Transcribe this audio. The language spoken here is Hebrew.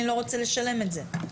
אני לא רוצה לשלם את זה.